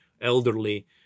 elderly